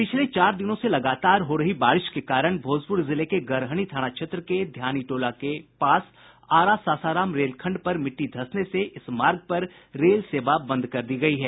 पिछले चार दिनों से लगातार हो रही बारिश के कारण भोजपुर जिले के गड़हनी थाना क्षेत्र के ध्यानी टोला के पास आरा सासाराम रेलखंड पर मिट्टी धंसने से इस मार्ग पर रेल सेवा बंद कर दी गयी है